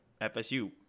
FSU